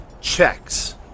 checks